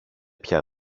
πια